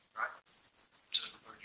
right